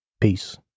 Peace